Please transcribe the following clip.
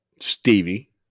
Stevie